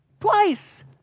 Twice